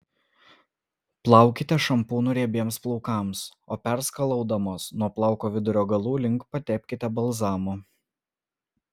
plaukite šampūnu riebiems plaukams o perskalaudamos nuo plauko vidurio galų link patepkite balzamu